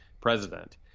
president